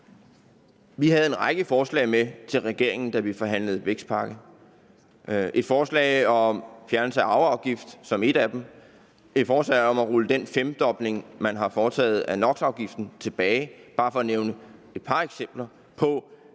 Vi havde en række forslag med til regeringen, da vi forhandlede vækstpakke. Som et af dem var et forslag om fjernelse af arveafgift, og der var et forslag om at rulle den femdobling, man har foretaget af NOx-afgiften, tilbage. Det er bare for at nævne et par eksempler på